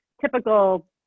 typical